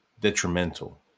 Detrimental